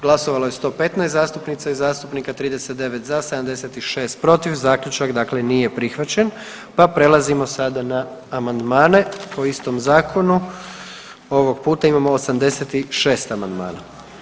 Glasovalo je 115 zastupnica i zastupnika, 39 za, 76 protiv, zaključak dakle nije prihvaćen, pa prelazimo sada na amandmane o istom zakonu, ovog puta imamo 86 amandmana.